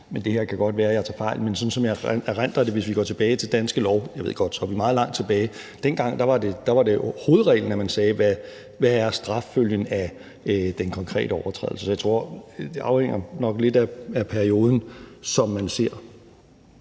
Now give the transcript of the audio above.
– det kan godt være, at jeg tager fejl, men sådan som jeg erindrer det – hvis vi går tilbage til Danske Lov, og jeg ved godt, det sådan er meget langt tilbage, at hovedreglen var, at man sagde, hvad straffølgen af den konkrete overtrædelse er. Så jeg tror nok, det afhænger lidt af perioden, som man ser